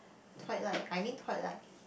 Twilight I mean Twilight